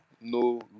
no